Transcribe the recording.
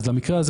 במקרה שכזה